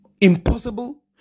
impossible